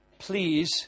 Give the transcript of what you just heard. Please